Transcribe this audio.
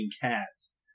cats